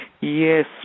Yes